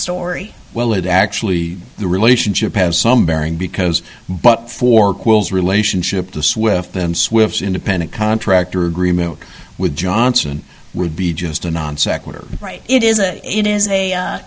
story well it actually the relationship has some bearing because but for quills relationship the swift and swift independent contractor agreement with johnson would be just a non sequitur right it is a it is a